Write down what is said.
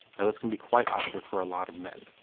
this can be quite awkward for a lot of men.